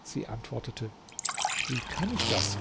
sie antwortete wie kann ich das